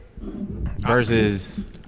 versus